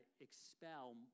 expel